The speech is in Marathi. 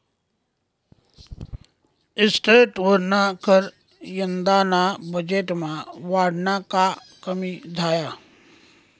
इस्टेटवरना कर यंदाना बजेटमा वाढना का कमी झाया?